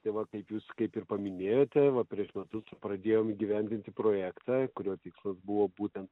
tai va kaip jūs kaip ir paminėjote va prieš metus pradėjome įgyvendinti projektą kurio tikslas buvo būtent